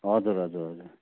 हजुर हजुर हजुर